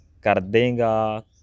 Kardenga